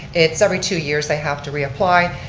it's every two years they have to reapply.